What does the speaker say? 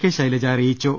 K Shailaja അറിയിച്ചു